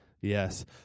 Yes